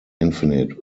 infinite